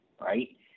right